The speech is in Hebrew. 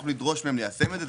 נדרוש מהם ליישם את זה,